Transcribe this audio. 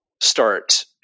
start